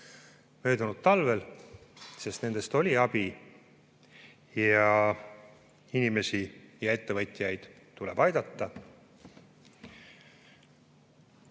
möödunud talvel. Nendest oli abi ja inimesi ja ettevõtjaid tuleb aidata.